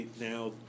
now